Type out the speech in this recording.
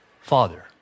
Father